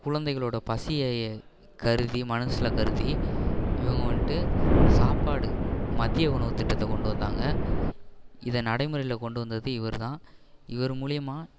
குழந்தைகளோட பசியை கருதி மனசில் கருதி இவங்க வந்துட்டு சாப்பாடு மதிய உணவு திட்டத்தை கொண்டு வந்தாங்க இதை நடைமுறையில கொண்டு வந்தது இவர் தான் இவர் மூலியுமாக